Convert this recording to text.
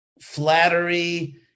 flattery